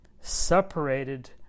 separated